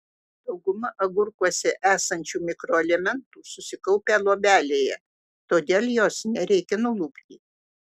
dauguma agurkuose esančių mikroelementų susikaupę luobelėje todėl jos nereikia nulupti